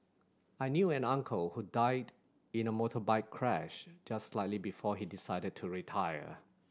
I knew an uncle who died in a motorbike crash just slightly before he decided to retire